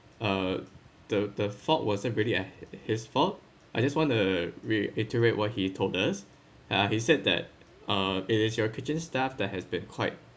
uh the the fault wasn't really at h~ his fault I just want to reiterate what he told us ah he said that uh it is your kitchen staff that has been quite